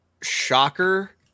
shocker